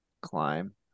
climb